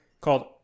called